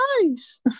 nice